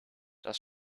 das